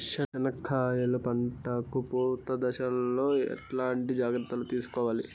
చెనక్కాయలు పంట కు పూత దశలో ఎట్లాంటి జాగ్రత్తలు తీసుకోవాలి?